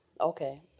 okay